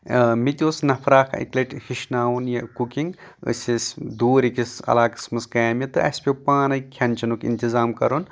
مےٚ تہِ اوس نفرا اکھ اَکہِ لَٹہِ ہیٚچھناون یہِ کُکِنٛگ أسۍ ٲسۍ دوٗرِ أکِس علاقَس منٛز کامہِ تہٕ اَسہِ پیو پانٕے کھٮ۪ن چھٮ۪نُک اِنتظام کَرُن